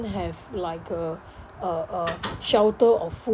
have like a uh a shelter or food